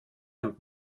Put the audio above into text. und